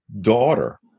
daughter